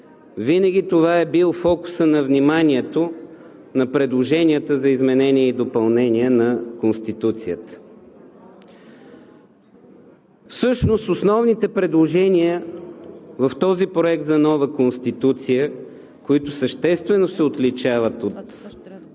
винаги във фокуса на вниманието са били предложенията за изменение и допълнение на Конституцията. Всъщност основните предложения в Проекта за нова Конституция, които съществено се отличават от